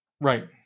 Right